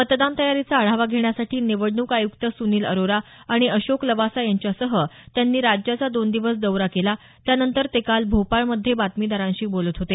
मतदान तयारीचा आढावा घेण्यासाठी निवडणूक आयुक्त सुनील अरोरा आणि अशोक लवासा यांच्यासह त्यांनी राज्याचा दोन दिवस दौरा केला त्यानंतर ते काल भोपाळमध्ये बातमीदारांशी बोलत होते